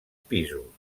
pisos